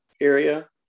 area